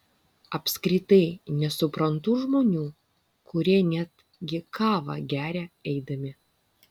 apskritai nesuprantu žmonių kurie netgi kavą geria eidami